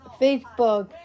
Facebook